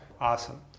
Awesome